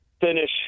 finish